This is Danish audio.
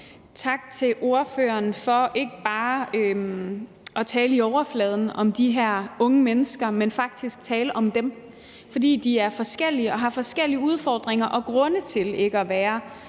Tak til ordføreren for ikke bare at tale overfladisk om de her unge mennesker, men faktisk tale om dem, for de er forskellige og har forskellige udfordringer og grunde til ikke at være